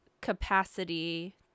capacity